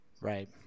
right